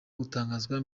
gutangazwa